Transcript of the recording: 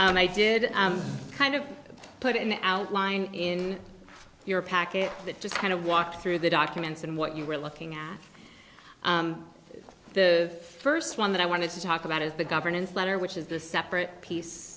yes i did kind of put it in the outline in your package that just kind of walked through the documents and what you were looking at the first one that i wanted to talk about is the governance letter which is a separate piece